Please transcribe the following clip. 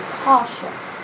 cautious